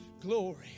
Glory